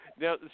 Now